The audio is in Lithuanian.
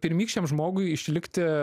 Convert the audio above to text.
pirmykščiam žmogui išlikti